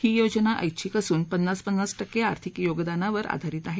ही योजना ऐच्छिक असून पन्नास पन्नास टक्के आर्थिक योगदानावर आधारित आहे